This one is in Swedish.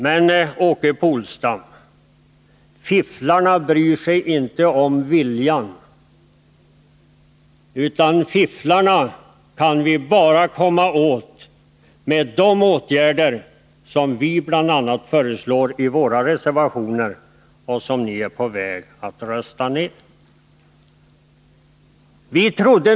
Men, Åke Polstam, fifflarna bryr sig inte om viljan, dem kan man komma åt enbart genom sådana åtgärder som vi föreslår i våra reservationer och som ni är på väg att rösta ner.